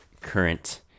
current